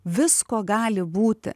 visko gali būti